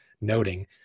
noting